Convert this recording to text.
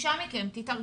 בבקשה מכם, תתארגנו.